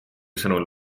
sõnul